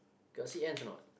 got see ants or not